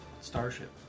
Starship